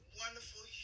wonderful